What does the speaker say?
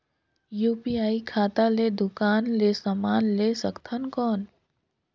UPI खाता ले दुकान ले समान ले सकथन कौन?